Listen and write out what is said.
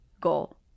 goal